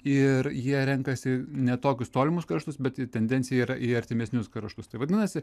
ir jie renkasi ne tokius tolimus kraštus bet jų tendencija yra į artimesnius kraštus tai vadinasi